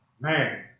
Man